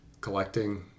collecting